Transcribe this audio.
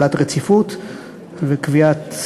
החלת הרציפות וקביעת,